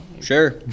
sure